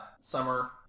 Summer